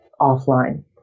offline